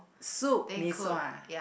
soup mee-sua